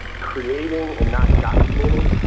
creating and not documenting.